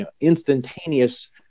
instantaneous